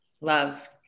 Love